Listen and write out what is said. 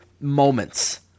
moments